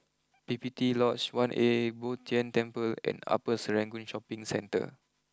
P P T Lodge one A Bo Tien Temple and Upper Serangoon Shopping Centre